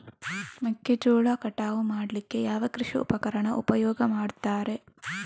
ಮೆಕ್ಕೆಜೋಳ ಕಟಾವು ಮಾಡ್ಲಿಕ್ಕೆ ಯಾವ ಕೃಷಿ ಉಪಕರಣ ಉಪಯೋಗ ಮಾಡ್ತಾರೆ?